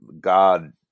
God